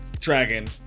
dragon